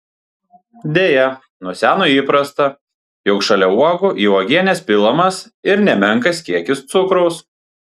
deja nuo seno įprasta jog šalia uogų į uogienes pilamas ir nemenkas kiekis cukraus